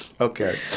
Okay